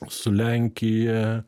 su lenkija